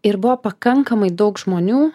ir buvo pakankamai daug žmonių